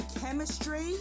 chemistry